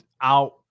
out